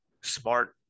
smart